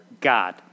God